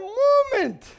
moment